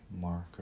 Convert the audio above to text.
marker